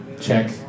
Check